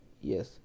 Yes